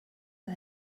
are